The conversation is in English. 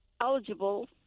eligible